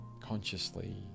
consciously